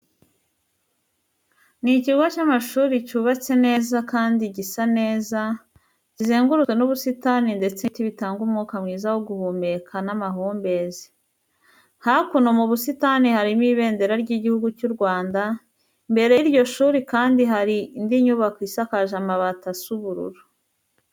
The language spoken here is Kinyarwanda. Ni ikigo cy'amashuri cyubatse neza kandi gisa neza, kizengurutswe n'ubusitani ndetse n'ibiti bitanga umwuka mwiza wo guhumeka n'amahumbezi. Hakuno mu busitani harimo Ibendera ry'Iguhugu cy'u Rwanda, imbere y'iryo shuri kandi hari indi nyubako isakaje amabati asa ubururu.